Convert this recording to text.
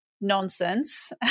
nonsense